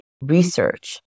research